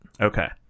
Okay